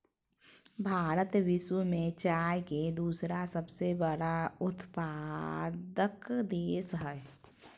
भारत विश्व में चाय के दूसरा सबसे बड़ा उत्पादक देश हइ